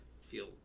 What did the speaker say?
feel